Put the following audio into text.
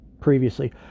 previously